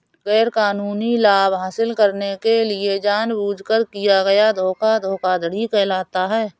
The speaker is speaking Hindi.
गैरकानूनी लाभ हासिल करने के लिए जानबूझकर किया गया धोखा धोखाधड़ी कहलाता है